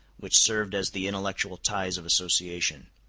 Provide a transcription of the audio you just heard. which served as the intellectual ties of association.